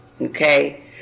Okay